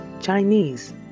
Chinese